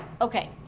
okay